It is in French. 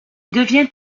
devient